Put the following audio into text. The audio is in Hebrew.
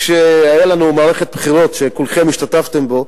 שבמערכת הבחירות, וכולכם השתתפתם בה,